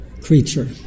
creature